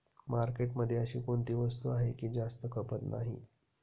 मार्केटमध्ये अशी कोणती वस्तू आहे की जास्त खपत नाही?